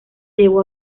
llevó